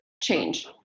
change